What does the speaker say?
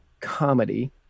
comedy